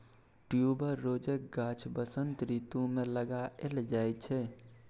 ट्युबरोजक गाछ बसंत रितु मे लगाएल जाइ छै